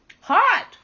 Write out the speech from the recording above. hot